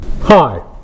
Hi